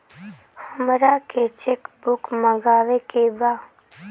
हमारा के cheque book मगावे के बा?